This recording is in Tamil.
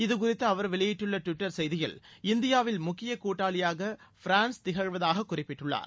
இது குறித்து அவர் வெளியிட்டுள்ள டுவிட்டர் செய்தியில் இந்தியாவின் முக்கிய கூட்டாளியாக பிரான்ஸ் திகழ்வதாக குறிப்பிட்டுள்ளார்